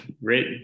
right